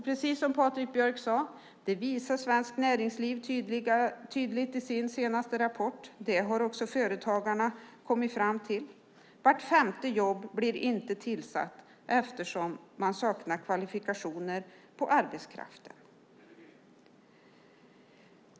Precis som Patrik Björck sade, det visar Svenskt Näringsliv tydligt i sin senaste rapport och det har också Företagarna kommit fram till, blir vart femte jobb inte tillsatt eftersom man saknar kvalifikationer hos arbetskraften.